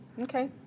okay